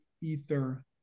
Ether